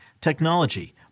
technology